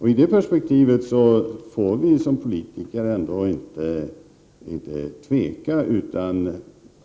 I det perspektivet får vi som politiker inte tveka.